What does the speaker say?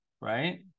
right